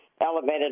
elevated